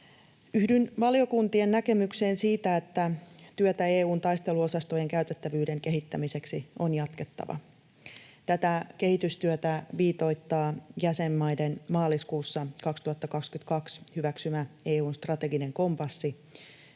Yhdyn valiokuntien näkemykseen siitä, että työtä EU:n taisteluosastojen käytettävyyden kehittämiseksi on jatkettava. Tätä kehitystyötä viitoittaa jäsenmaiden maaliskuussa 2022 hyväksymä EU:n strateginen kompassi,